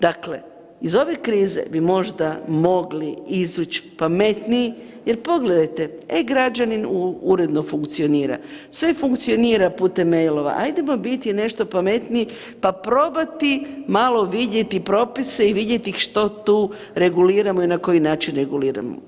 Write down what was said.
Dakle, iz ove krize bi možda mogli izaći pametnije jer pogledajte e-građanin uredno funkcionira, sve funkcionira putem mailova ajdemo biti nešto pametniji pa probati malo vidjeti propise i vidjeti što tu reguliramo i na koji način reguliramo.